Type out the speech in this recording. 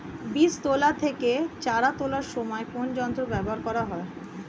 বীজ তোলা থেকে চারা তোলার সময় কোন যন্ত্র ব্যবহার করা হয়?